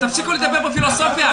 תפסיקו לדבר פה פילוסופיה.